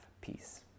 peace